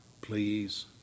please